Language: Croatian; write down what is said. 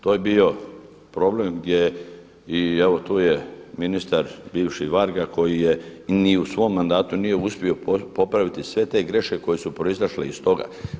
To je bio problem gdje i evo tu je ministar bivši Varga koji je, i ni u svom mandatu uspio popraviti sve te greške koje su proizašle iz toga.